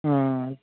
ஆ